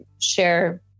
share